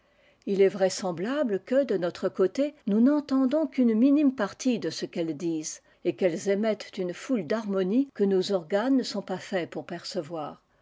il est vraisemblable que de notre côté nous ij'enteiidons qu'une minime partie de ce qu'elles disent et qu'elles émettent une foule d'harmonies que nos organes ne sont pas faits pour percevoir